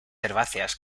herbáceas